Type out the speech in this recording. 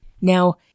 Now